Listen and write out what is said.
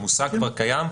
המושג כבר קיים,